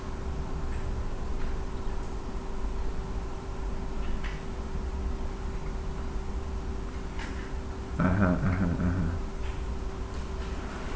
(uh huh) (uh huh) (uh huh)